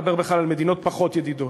אני לא מדבר בכלל על מדינות פחות ידידות.